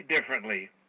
differently